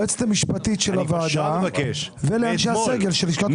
ליועצת המשפטית של הוועדה ולאנשי הסגל של לשכת ראש הממשלה.